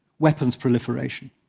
weapons proliferation.